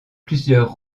plusieurs